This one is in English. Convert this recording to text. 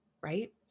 right